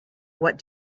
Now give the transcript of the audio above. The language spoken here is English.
what